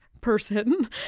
person